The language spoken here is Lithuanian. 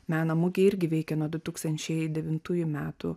meno mugė irgi veikia nuo du tūkstančiai devintųjų metų